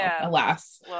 alas